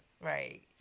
right